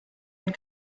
had